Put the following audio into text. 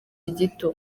gito